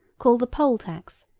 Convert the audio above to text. called the poll-tax,